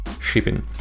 shipping